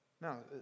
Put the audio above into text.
Now